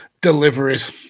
deliveries